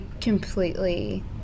completely